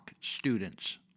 students